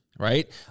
Right